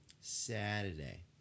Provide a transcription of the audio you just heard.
Saturday